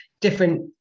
different